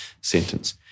sentence